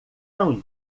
não